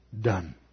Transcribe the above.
done